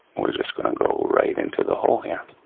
we're just gonna go right into the hole here.